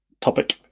topic